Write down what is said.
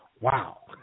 Wow